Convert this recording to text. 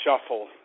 shuffle